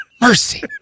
Mercy